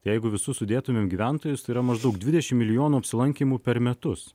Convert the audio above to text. tai jeigu visus sudėtumėm gyventojus tai yra maždaug dvidešim milijonų apsilankymų per metus